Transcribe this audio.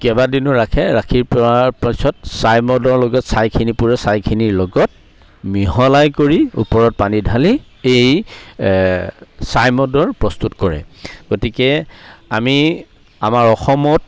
কেইবাদিনো ৰাখে ৰাখি থোৱাৰ পাছত ছাই মদৰ লগত ছাইখিনি পুৰে ছাইখিনিৰ লগত মিহলাই কৰি ওপৰত পানী ঢালি এই ছাই মদৰ প্ৰস্তুত কৰে গতিকে আমি আমাৰ অসমত